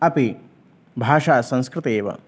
अपि भाषा संस्कृतमेव